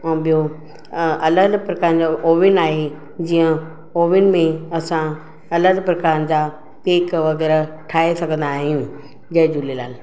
ऐं ॿियो अलॻि अलॻि प्रकारनि जा ओवेन आहे जीअं ओवेन में असां अलॻि प्रकारनि जा केक वग़ैरह ठाहे सघंदा आहियूं जय झूलेलाल